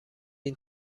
این